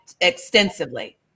extensively